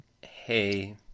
Hey